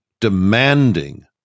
demanding